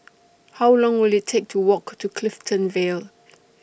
How Long Will IT Take to Walk to Clifton Vale